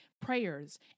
prayers